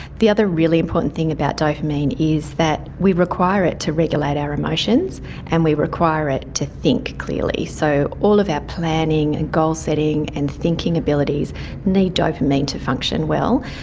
the other really important thing about dopamine is that we require it to regulate our emotions and we require it to think clearly. so all of our planning and goal setting and thinking abilities need dopamine to function well,